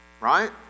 right